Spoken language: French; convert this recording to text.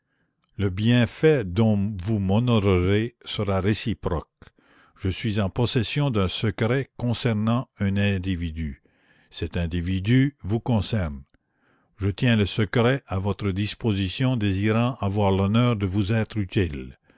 le bienfait dont vous m'honorerez sera réciproque je suis en possession d'un secret consernant un individu cet individu vous conserne je tiens le secret à votre disposition désirant avoir l'honneur de vous être hutile